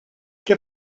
che